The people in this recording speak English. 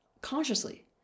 consciously